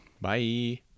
Bye